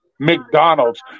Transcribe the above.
McDonald's